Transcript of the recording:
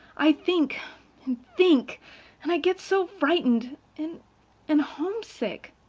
i think and think and i get so frightened and and homesick.